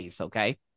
okay